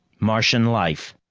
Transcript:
martian life!